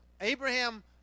Abraham